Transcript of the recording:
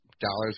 dollars